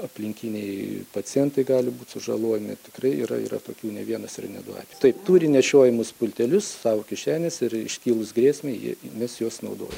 aplinkiniai pacientai gali būti sužalojami tikrai yra yra tokių ne vienas ir ne du atvejai taip turi nešiojamus pultelius savo kišenėse ir iškilus grėsmei jie mes juos naudojam